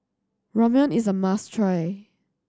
Ramyeon is a must try